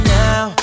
now